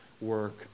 work